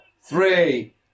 three